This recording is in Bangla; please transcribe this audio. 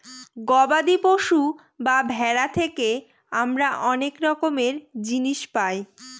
গবাদি পশু বা ভেড়া থেকে আমরা অনেক রকমের জিনিস পায়